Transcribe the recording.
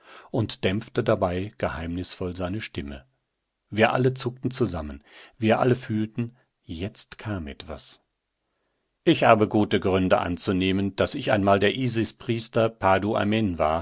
und dämpfte dabei geheimnisvoll seine stimme wir alle zuckten zusammen wir alle fühlten jetzt kam etwas ich habe gute gründe anzunehmen daß ich einmal der isispriester pa du amn war